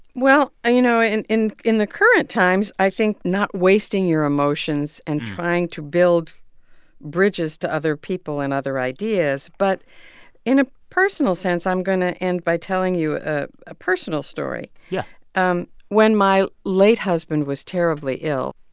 well, you know, and in in the current times, i think not wasting your emotions and trying to build bridges to other people and other ideas. but in a personal sense, i'm going to end by telling you ah a personal story. yeah um when when my late husband was terribly ill,